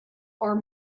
are